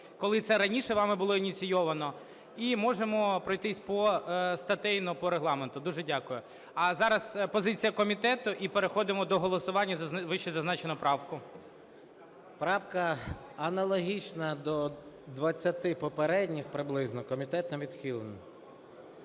коли це раніше вами було ініційовано. І можемо пройтись постатейно по Регламенту, дуже дякую. А зараз позиція комітету і переходимо до голосування за вищезазначену правку. 13:24:28 СОЛЬСЬКИЙ М.Т. Правка аналогічна до 20 попередніх приблизно. Комітетом відхилено.